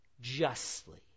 justly